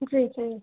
जी जी